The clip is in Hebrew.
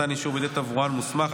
מתן אישור בידי תברואן מוסמך),